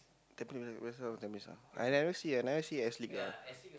Tampines-West ah Tampines ah I never see I never see I see S-League lah